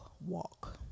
walk